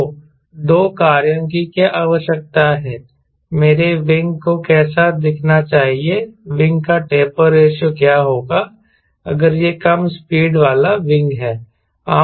तो दो कार्यों की क्या आवश्यकता है मेरे विंग को कैसा दिखना चाहिए विंग का टेपर रेशों क्या होगा अगर यह कम स्पीड वाला विंग है